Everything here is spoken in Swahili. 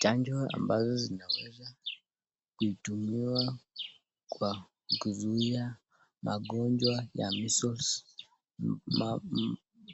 Chanjo ambazo zinaweza kutumiwa kwa kuzuia magonjwa ya Measles